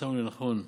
מצאנו לנכון,